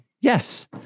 yes